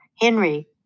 Henry